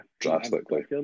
Drastically